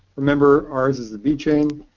remember, ours is a v chain.